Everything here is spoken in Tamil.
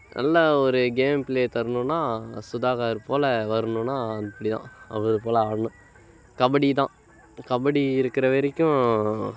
நல்லா ஒரு கேம் பிளே தரணும்னா சுதாகர் போல் வரணும்னா இப்படி தான் அவர் போல் ஆடணும் கபடி தான் கபடி இருக்கிற வரைக்கும்